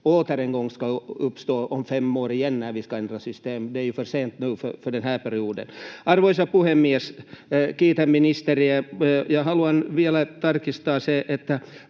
inte åter en gång ska uppstå om fem år när vi ska ändra system? Det är ju för sent nu för den här perioden. Arvoisa puhemies! Kiitän ministeriä, ja haluan vielä tarkistaa: